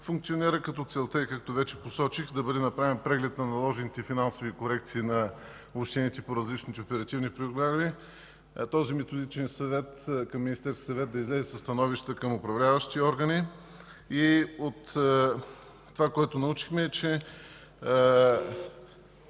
функционира, като целта е, както вече посочих, да бъде направен преглед на наложените финансови корекции на общините по различните оперативни програми, този Методичен съвет към Министерския съвет да излезе със становища към управляващи органи. Това, което научихме, е, че